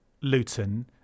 Luton